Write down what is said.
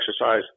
exercise